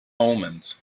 omens